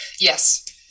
Yes